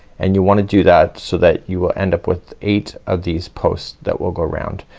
and you wanna do that so that you will end up with eight of these posts that will go around.